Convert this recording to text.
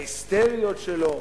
ההיסטריות שלו.